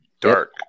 dark